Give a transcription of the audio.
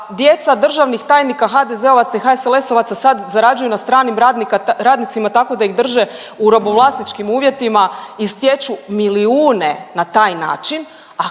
djeca državnih tajnika HDZ-ovaca i HSLS-ovaca sad zarađuju na stranim radnicima tako da ih drže u robovlasničkim uvjetima i stječu milijune na taj način,